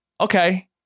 Okay